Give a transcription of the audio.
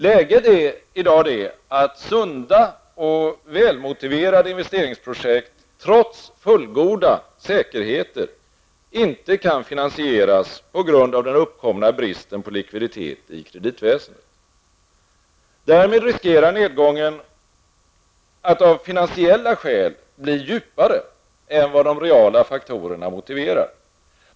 Läget är i dag det att sunda och välmotiverade investeringsprojekt trots fullgoda säkerheter inte kan finansieras på grund av den uppkomna bristen på likviditet i kreditväsendet. Därmed riskerar nedgången att av finansiella skäl bli djupare än vad de reala faktorerna motiverar.